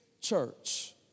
church